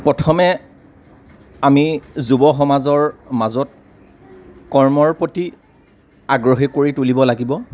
প্ৰথমে আমি যুৱ সমাজৰ মাজত কৰ্মৰ প্ৰতি আগ্ৰহী কৰি তুলিব লাগিব